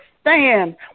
stand